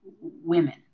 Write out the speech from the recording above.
women